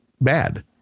bad